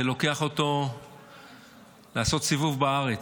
לוקח אותו לעשות סיבוב בארץ.